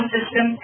System